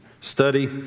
study